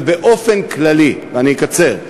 ובאופן כללי, ואני אקצר,